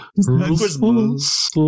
Christmas